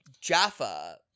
Jaffa